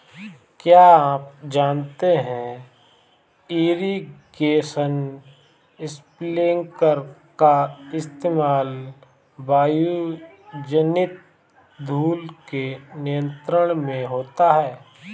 क्या आप जानते है इरीगेशन स्पिंकलर का इस्तेमाल वायुजनित धूल के नियंत्रण में होता है?